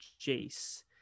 Jace